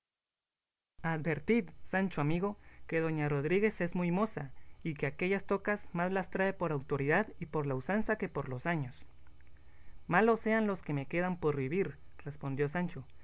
advertid sancho amigo que doña rodríguez es muy moza y que aquellas tocas más las trae por autoridad y por la usanza que por los años malos sean los que me quedan por vivir respondió sancho